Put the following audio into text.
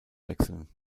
wechseln